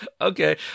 Okay